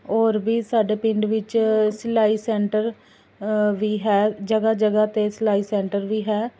ਔਰ ਵੀ ਸਾਡੇ ਪਿੰਡ ਵਿੱਚ ਸਿਲਾਈ ਸੈਂਟਰ ਵੀ ਹੈ ਜਗ੍ਹਾ ਜਗ੍ਹਾ 'ਤੇ ਸਿਲਾਈ ਸੈਂਟਰ ਵੀ ਹੈ